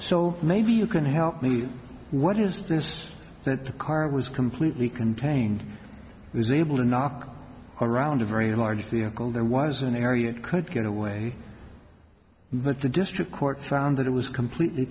so maybe you can help me what is this that the car was completely contained there's able to knock around a very large vehicle there was an area it could get away but the district court found that it was completely